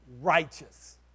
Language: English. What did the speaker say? righteous